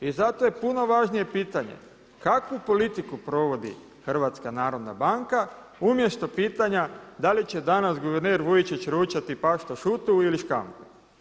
I zato je puno važnije pitanje kakvu politiku provodi HNB umjesto pitanja da li će danas guverner Vujčić ručati paštašutu ili škampe.